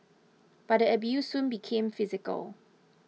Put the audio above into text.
but the abuse soon became physical